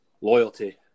Loyalty